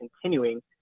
continuing